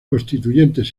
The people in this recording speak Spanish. constituyentes